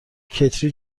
کتری